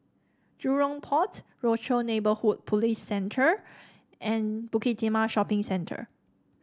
Jurong Port Rochor Neighborhood Police Centre and Bukit Timah Shopping Centre